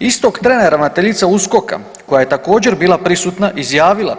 Istog trena ravnateljica USKOK-a koja je također bila prisutna izjavila